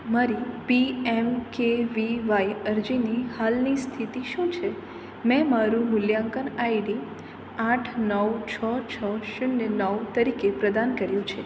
મારી P M K V Y અરજીની હાલની સ્થિતિ શું છે મેં મારું મૂલ્યાંકન આઈડી આઠ નવ છ છ શૂન્ય નવ તરીકે પ્રદાન કર્યું છે